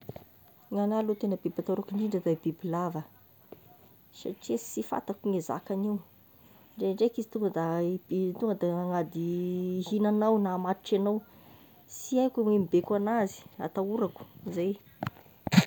Gn'agnahy aloha tegna biby atahorako indrindra da ny biby lava, satria sy fantako ny zakan'io, ndraidraiky izy tonga da tonga da nagnaty ihinagnao na hamatotra agnao sy aiko ny mibaiko anazy atahorako zay.